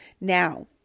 Now